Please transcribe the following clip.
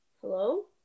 Hello